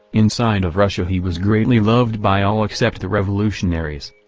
inside of russia he was greatly loved by all except the revolutionaries.